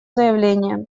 заявление